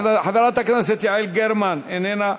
חברת הכנסת יעל גרמן, איננה,